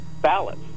ballots